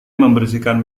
membersihkan